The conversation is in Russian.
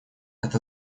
это